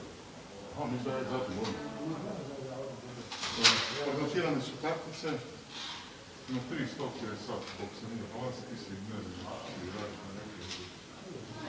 Hvala